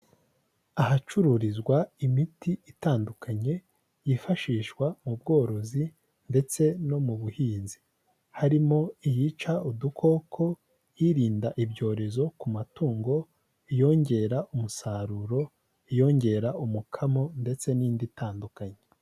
Ahacururizwa imiti itandukanye yifashishwa mu bworozi ndetse no mu buhinzi, harimo iyica udukoko, irinda ibyorezo ku matungo, iyongera umusaruro, iyongera umukamo ndetse n'indi itandukanye.